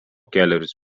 kelerius